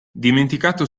dimenticato